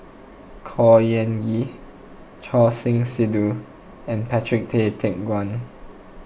Khor Ean Ghee Choor Singh Sidhu and Patrick Tay Teck Guan